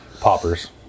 poppers